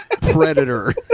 predator